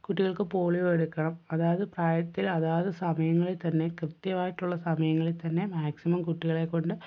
കുട്ടികൾക്ക് പോളിയോ എടുക്കണം അതാത് പ്രായത്തിൽ അതാത് സമയങ്ങളിൽ തന്നെ കൃത്യമായിട്ടുള്ള സമയങ്ങളിൽ തന്നെ മാക്സിമം കുട്ടികളെക്കൊണ്ട്